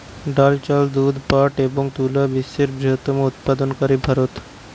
ডাল, চাল, দুধ, পাট এবং তুলা বিশ্বের বৃহত্তম উৎপাদনকারী ভারত